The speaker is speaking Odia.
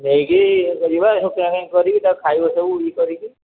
ନେଇକି ଏ କରିବା ସବୁ ପ୍ୟାକିଙ୍ଗ୍ କରିବି ତା ଖାଇବା ସବୁ ଇଏ କରିକି